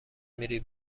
میری